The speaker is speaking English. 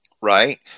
right